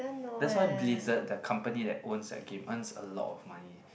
that's why Blizzard that company that owns the game earns a lot of money